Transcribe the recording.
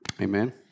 Amen